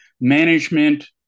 management